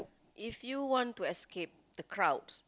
if you want to escape the crowds